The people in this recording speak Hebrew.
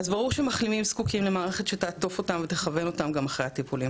אז ברור שמחלימים זקוקים למערכת שתעטוף ותכיל אותם גם אחרי הטיפולים.